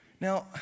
Now